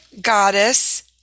goddess